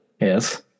Yes